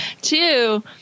Two